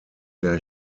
der